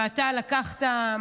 ואתה לקחת,